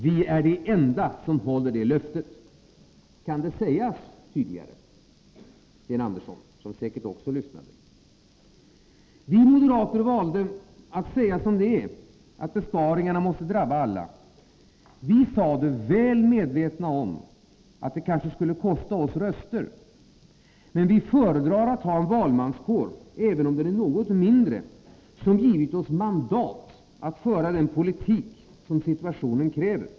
Vi är de enda som håller det löftet.” Kan det sägas tydligare, Sten Andersson? Han lyssnade säkert också. Vi moderater valde att säga som det är, att besparingarna måste drabba alla. Vi sade det väl medvetna om att det kanske skulle kosta oss röster, men vi föredrar att ha en valmanskår, även om den är något mindre, som givit oss mandat att föra den politik som situationen kräver.